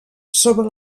sobre